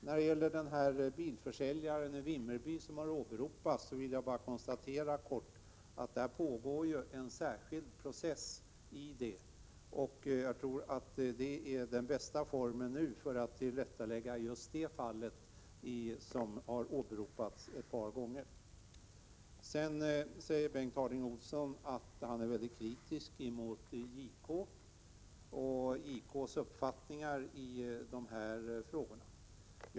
När det gäller den bilförsäljare i Vimmerby vars fall har åberopats här ett par gånger vill jag bara kort konstatera att det pågår en särskild process i det ärendet, och jag tror att det är den bästa formen för att tillrättalägga just det fallet. Bengt Harding Olson är mycket kritisk mot JK och JK:s uppfattning i dessa frågor.